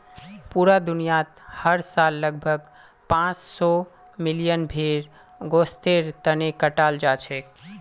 पूरा दुनियात हर साल लगभग पांच सौ मिलियन भेड़ गोस्तेर तने कटाल जाछेक